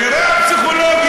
תראה את הפסיכולוגיה,